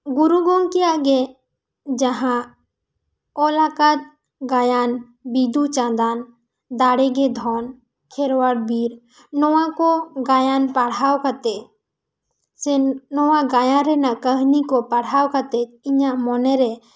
ᱜᱩᱨᱩ ᱜᱚᱢᱠᱮᱣᱟᱜ ᱜᱮ ᱡᱟᱦᱟᱸ ᱚᱞ ᱟᱠᱟᱫ ᱜᱟᱭᱟᱱ ᱵᱤᱫᱩ ᱪᱟᱸᱫᱟᱱ ᱫᱟᱲᱮ ᱜᱮ ᱫᱷᱚᱱ ᱠᱷᱮᱨᱣᱟᱲ ᱵᱤᱨ ᱱᱚᱣᱟ ᱠᱚ ᱜᱟᱭᱟᱱ ᱯᱟᱲᱦᱟᱣ ᱠᱟᱛᱮ ᱥᱮ ᱱᱚᱣᱟ ᱜᱟᱭᱟᱱ ᱨᱮ ᱠᱟᱹᱦᱱᱤ ᱠᱚ ᱯᱟᱲᱦᱟᱣ ᱠᱟᱛᱮ ᱤᱧᱟᱹᱜ ᱢᱚᱱᱮ ᱨᱮ